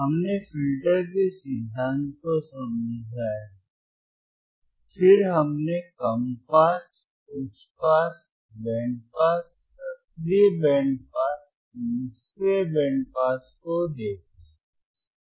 हमने फिल्टर के सिद्धांत को समझा फिर हमने कम पास उच्च पास बैंड पास सक्रिय बैंड पास निष्क्रिय बैंड पास को देखा